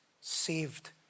saved